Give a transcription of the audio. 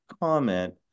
comment